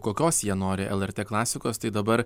kokios jie nori lrt klasikos tai dabar